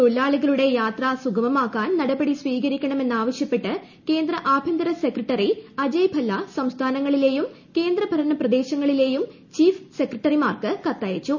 തൊഴിലാളികളുടെ യാത്ര സുഗമമാക്കാൻ നടപടി സ്വീകരിക്കണ മെന്നാവശ്യപ്പെട്ട് കേന്ദ്ര ആഭ്യന്തര സെക്രട്ടറി അജയ് ഭല്ല സംസ്ഥാനങ്ങളിലെയും കേന്ദ്ര ഭരണപ്രദേശങ്ങളിലെയും ചീഫ് സെക്രട്ടറിമാർക്ക് കത്തയച്ചു